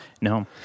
No